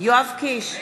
יואב קיש,